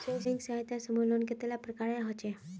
स्वयं सहायता समूह लोन कतेला प्रकारेर होचे?